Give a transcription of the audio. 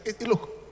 look